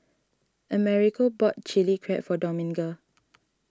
Americo bought Chilli Crab for Dominga